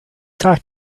talk